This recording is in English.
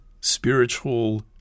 spiritual